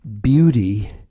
beauty